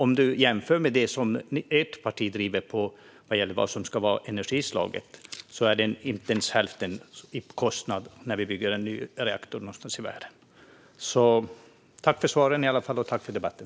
Om du jämför vindkraft med det alternativ, vad gäller energislag, som ditt parti driver är kostnaden inte ens hälften mot att bygga en ny reaktor någonstans i världen.